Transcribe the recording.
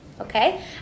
okay